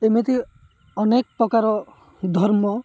ଏମିତି ଅନେକ ପ୍ରକାର ଧର୍ମ